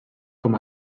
com